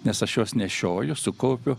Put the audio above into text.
nes aš juos nešioju sukaupiu